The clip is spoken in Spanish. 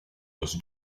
los